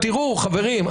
תיראו חברים,